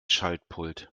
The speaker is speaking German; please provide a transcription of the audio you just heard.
schaltpult